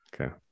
Okay